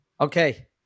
Okay